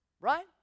right